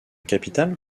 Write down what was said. capital